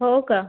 हो का